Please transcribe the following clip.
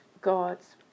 God's